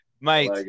Mate